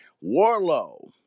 Warlow